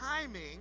timing